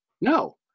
No